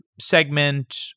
Segment